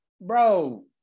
bro